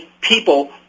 people